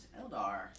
Eldar